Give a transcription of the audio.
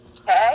Okay